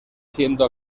siendo